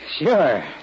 Sure